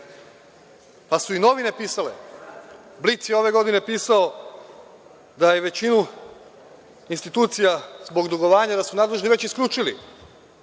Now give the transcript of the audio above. Pa, su i novine pisale, Blic je ove godine pisao da je većinu institucija zbog dugovanja nadležni već isključili.